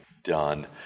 done